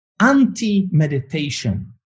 Anti-meditation